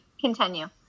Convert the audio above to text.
continue